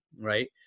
right